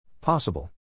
Possible